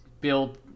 build